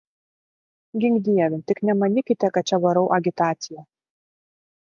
gink dieve tik nemanykite kad čia varau agitaciją